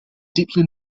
deeply